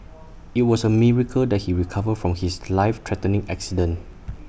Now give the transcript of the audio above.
IT was A miracle that he recovered from his life threatening accident